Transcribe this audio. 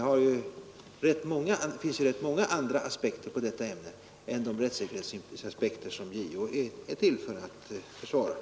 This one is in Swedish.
Det finns rätt många andra aspekter på detta ämne än de rättssäkerhetsaspekter som JO är till för att tillgodose.